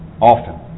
Often